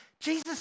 Jesus